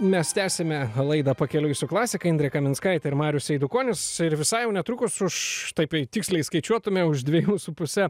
mes tęsiame laidą pakeliui su klasika indrė kaminskaitė ir marius eidukonis ir visai jau netrukus už taip jei tiksliai skaičiuotume už dviejų su puse